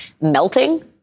melting